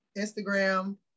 Instagram